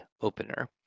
opener